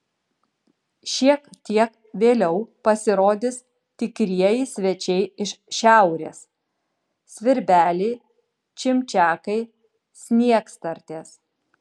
šiek tiek vėliau pasirodys tikrieji svečiai iš šiaurės svirbeliai čimčiakai sniegstartės